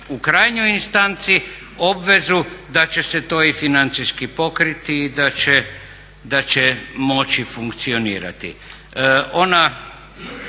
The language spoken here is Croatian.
u krajnjoj instanci obvezu da će se to i financijski pokriti i da će moći funkcionirati.